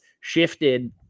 shifted